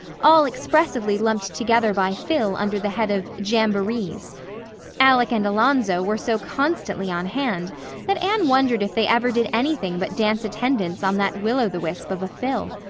all expressively lumped together by phil under the head of jamborees alec and alonzo were so constantly on hand that anne wondered if they ever did anything but dance attendance on that will-o'-the-wisp of a phil.